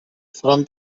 seran